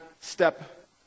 step